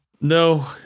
No